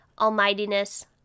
almightiness